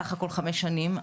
בסך הכל חמש שנים,